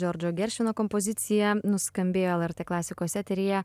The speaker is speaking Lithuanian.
džordžo geršvino kompozicija nuskambėjo lrt klasikos eteryje